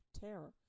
terror